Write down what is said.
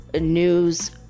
news